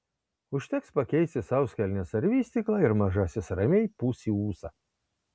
užteks pakeisti sauskelnes ar vystyklą ir mažasis ramiai pūs į ūsą